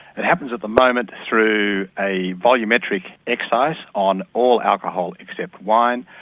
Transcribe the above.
it happens at the moment through a volumetric excise on all alcohol except wine.